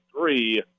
three